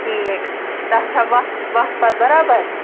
ٹھیٖک تَتھ چھا وَتھ وَتھ پَتہٕ برابر